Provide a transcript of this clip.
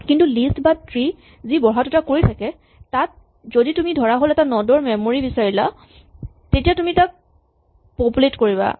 কিন্তু লিষ্ট বা ট্ৰী যি বঢ়া টুটা কৰি থাকে তাত যদি তুমি ধৰাহ'ল এটা নড ৰ মেমৰী বিচাৰিলা তেতিয়া তুমি তাক পপুলেট কৰিবা